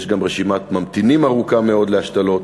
ויש גם רשימת ממתינים ארוכה מאוד להשתלות,